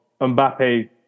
Mbappe